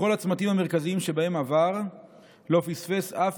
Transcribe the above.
בכל הצמתים המרכזיים שבהם עבר לא פספס אף